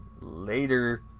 Later